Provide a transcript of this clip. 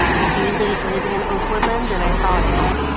which usually is in oak woodland, and i saw it at home,